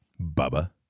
Bubba